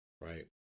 Right